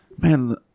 man